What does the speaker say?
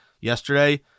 yesterday